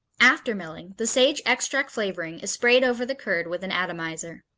after milling, the sage extract flavoring is sprayed over the curd with an atomizer.